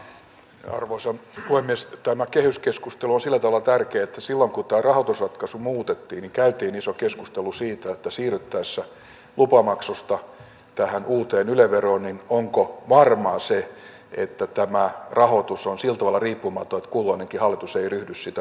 tämä kehyskeskustelu on sillä tavalla tärkeä että silloin kun tämä rahoitusratkaisu muutettiin käytiin iso keskustelu siitä onko siirryttäessä lupamaksusta tähän uuteen yle veroon varmaa se että tämä rahoitus on sillä tavalla riippumaton että kulloinenkin hallitus ei ryhdy sitä peukaloimaan